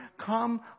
come